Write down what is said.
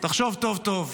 תחשוב טוב-טוב